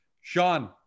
Sean